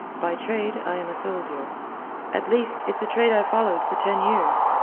by trade i am a soldier at least, it's a trade i followed for ten years.